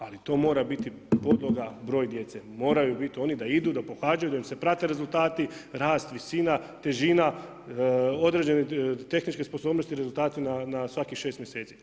Ali to mora biti podloga broj djece, moraju biti oni da idu, da pohađaju, da im se prate rezultati, rast, visina, težina, određene tehničke sposobnosti rezultati na svakih 6 mjeseci.